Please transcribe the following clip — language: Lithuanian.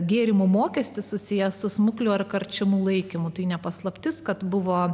gėrimų mokestis susijęs su smuklių ar karčiamų laikymu tai ne paslaptis kad buvo